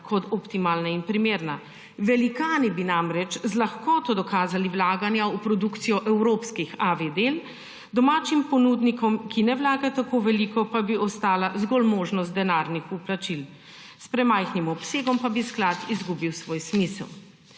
kot optimalna in primerna. Velikani bi namreč z lahkoto dokazali vlaganja v produkcijo evropskih AV del, domačim ponudnikom, ki ne vlagajo tako veliko, pa bi ostala zgolj možnost denarnih vplačil. S premajhnim obsegom pa bi sklad izgubil svoj smisel.